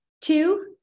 two